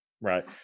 right